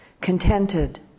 contented